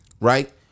Right